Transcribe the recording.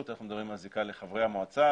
או אנחנו מדברים על זיקה לחברי המועצה,